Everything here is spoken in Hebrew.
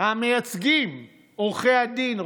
המייצגים עורכי הדין,